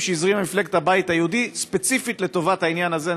שהזרימה מפלגת הבית היהודי ספציפית לטובת העניין הזה.